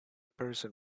person